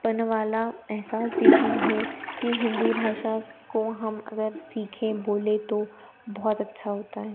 पन वाला एहसास देती है कि हिन्दी भाषा को हम अगर सीखें बोलें तो बहुत अच्छा होता है